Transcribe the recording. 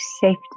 safety